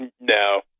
No